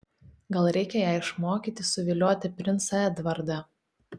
gal reikia ją išmokyti suvilioti princą edvardą